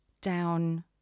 Down